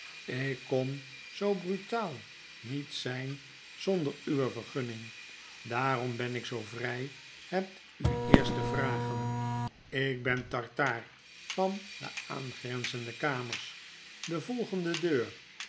ik kon zoo brutaal niet zyn zonder uwe vergunning daarom ben ik zoo vry het u eerst te vragen ik ben tartaar van de aangrenzende kamers de volgende deur